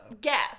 guess